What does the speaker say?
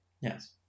Yes